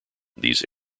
these